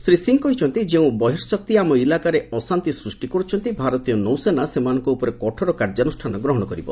ଶ୍ରୀ ସିଂହ ଆହୁରି କହିଛନ୍ତି ଯେଉଁ ବର୍ହଶକ୍ତି ଆମ ଇଲାକାରେ ଅଶାନ୍ତି ସ୍ପଷ୍ଟି କର୍ଚ୍ଛନ୍ତି ଭାରତୀୟ ନୌସେନା ସେମାନଙ୍କ ଉପରେ କଠୋର କାର୍ଯ୍ୟାନୁଷ୍ଠାନ ଗ୍ରହଣ କରିବ